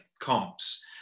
comps